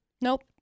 Nope